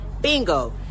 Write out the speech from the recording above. Bingo